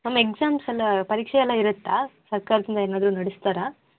ma'am ಎಕ್ಸಾಮ್ಸೆಲ್ಲ ಪರೀಕ್ಷೆಯೆಲ್ಲ ಇರತ್ತಾ ಸರ್ಕಾರದಿಂದ ಏನಾದರೂ ನಡೆಸ್ತಾರಾ